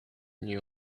knew